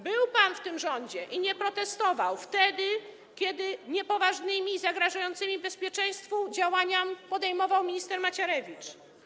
Był pan w tym rządzie i nie protestował wtedy, kiedy niepoważne i zagrażające bezpieczeństwu działania podejmował minister Macierewicz.